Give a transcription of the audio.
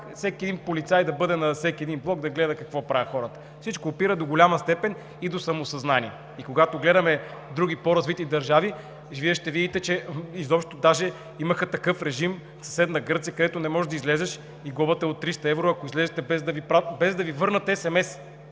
всеки един полицай да бъде на всеки един блок да гледа какво правят хората. Всичко опира до голяма степен и до самосъзнание. Когато гледаме други по-развити държави, Вие ще видите, че изобщо даже имаха такъв режим – в съседна Гърция, където не можеш да излезеш и глобата е от 300 евро, ако излезете, без да Ви върнат SMS